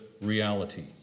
reality